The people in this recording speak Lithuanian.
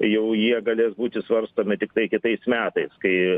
jau jie galės būti svarstomi tiktai kitais metais kai